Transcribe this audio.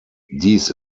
dies